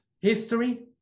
history